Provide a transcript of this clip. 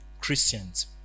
Christians